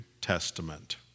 Testament